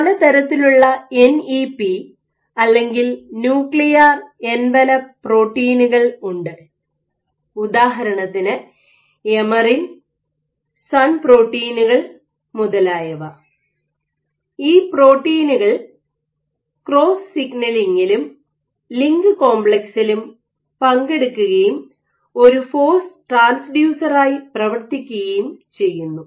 പലതരത്തിലുള്ള എൻഇപി അല്ലെങ്കിൽ nuclear envelope പ്രോട്ടീനുകൾ ഉണ്ട് ഉദാഹരണത്തിന് എമറിൻ സൺപ്രോട്ടീനുകൾ Emerin SUN Proteins etc മുതലായവ ഈ പ്രോട്ടീനുകൾ ക്രോസ് സിഗ്നലിംഗിലും ലിൻക് കോംപ്ലക്സിലും പങ്കെടുക്കുകയും ഒരു ഫോഴ്സ് ട്രാൻസ്ഡ്യൂസറായി പ്രവർത്തിക്കുകയും ചെയ്യുന്നു